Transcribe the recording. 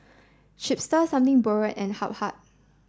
Chipster Something Borrowed and Habhal